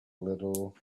little